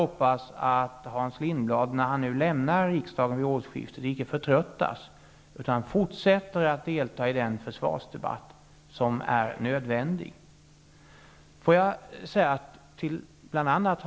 Hoppas att Hans Lindblad, när han nu lämnar riksdagen vid årsskiftet, inte förtröttas utan fortsätter att delta i den försvarsdebatt som är nödvändig. Det andra som jag vill säga till bl.a.